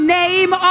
name